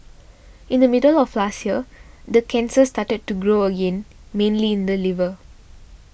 in the middle of last year the cancer started to grow again mainly in the liver